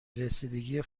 رسیدگی